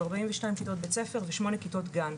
42 כיתות בית ספר ושמונה כיתות גן.